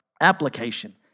application